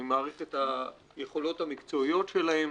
אני מעריך את היכולות המקצועיות שלהם